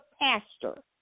pastor